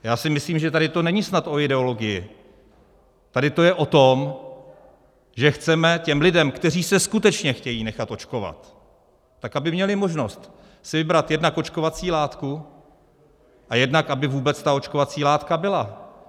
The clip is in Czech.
Já si myslím, že tady to není snad o ideologii, tady to je o tom, že chceme těm lidem, kteří se skutečně chtějí nechat očkovat, dát možnost si vybrat jednak očkovací látku, a jednak aby vůbec ta očkovací látka byla.